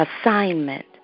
assignment